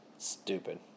Stupid